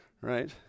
right